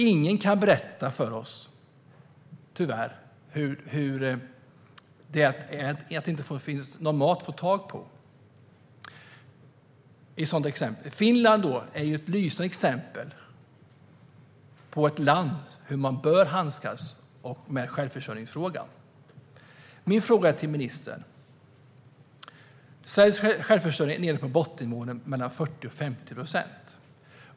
Ingen kan tyvärr berätta för oss hur det är när det inte finns någon mat att få tag i. Finland är ett lysande exempel på ett land som vet hur man bör handskas med självförsörjningsfrågan. Jag har en fråga till ministern. Sveriges självförsörjning är nere på en bottennivå på 40-50 procent.